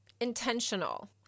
intentional